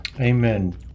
Amen